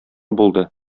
булды